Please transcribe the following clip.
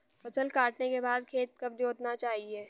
फसल काटने के बाद खेत कब जोतना चाहिये?